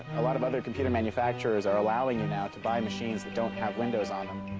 a lot of other computer manufacturers are allowing you. now to buy machines that don't have windows on them.